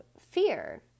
fear